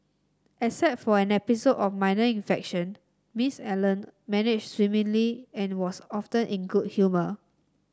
except for an episode of minor infection Miss Allen managed swimmingly and was often in good humour